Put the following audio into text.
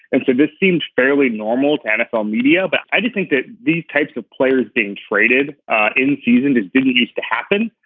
and so this seems fairly normal to nfl media. but i do think that these types of players being traded in season two didn't used to happen.